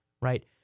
right